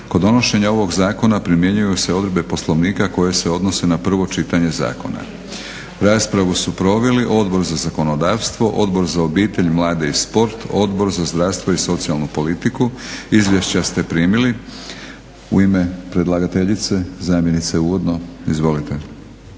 Kod donošenja ovog zakona primjenjuju se odredbe Poslovnika koje se odnose na prvo čitanje zakona. Raspravu su proveli Odbor za zakonodavstvo, Odbor za obitelj, mlade i sport, Odbor za zdravstvo i socijalnu politiku. Izvješća ste primili. U ime predlagateljice zamjenice uvodno. Izvolite.